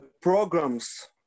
programs